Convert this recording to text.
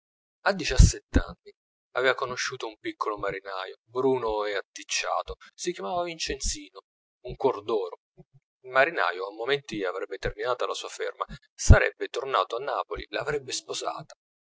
a diciassett'anni aveva conosciuto un piccolo marinaio bruno e atticciato si chiamava vincenzino un cuor d'oro il marinaio a momenti avrebbe terminata la sua ferma sarebbe tornato a napoli l'avrebbe sposata